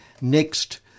next